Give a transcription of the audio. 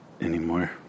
anymore